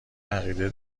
عقیده